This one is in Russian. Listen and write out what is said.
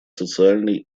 социальной